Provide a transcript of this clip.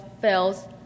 fails